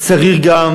צריך גם